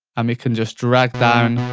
and we can just drag down